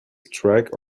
track